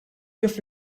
kif